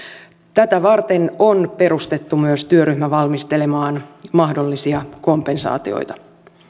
tätä varten on perustettu myös työryhmä valmistelemaan mahdollisia kompensaatioita